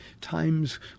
times